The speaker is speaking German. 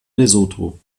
lesotho